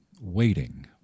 waiting